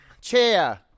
Chair